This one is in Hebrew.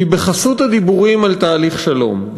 כי בחסות הדיבורים על תהליך שלום,